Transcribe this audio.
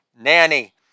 nanny